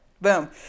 Boom